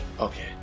Okay